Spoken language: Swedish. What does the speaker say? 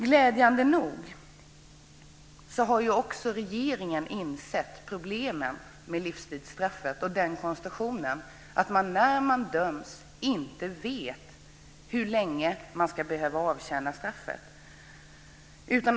Glädjande nog har också regeringen insett problemen med livstidsstraffet och konstruktionen att man när man döms inte vet hur länge man ska avtjäna sitt straff.